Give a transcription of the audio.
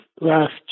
last